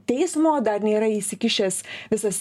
teismo dar nėra įsikišęs visas